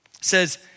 says